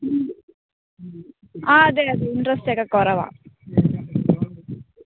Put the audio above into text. ആ അതെ അതെ ഇൻട്രസ്റ്റൊക്കെ കുറവാണ്